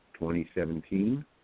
2017